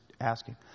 asking